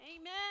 Amen